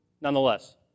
nonetheless